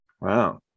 Wow